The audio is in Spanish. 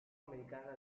americana